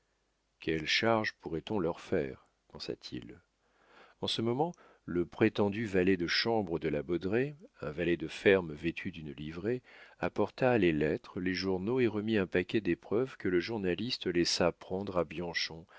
quelle charge pourrait-on leur faire pensa-t-il en ce moment le prétendu valet de chambre de monsieur de la baudraye un valet de ferme vêtu d'une livrée apporta les lettres les journaux et remit un paquet d'épreuves que le journaliste laissa prendre à bianchon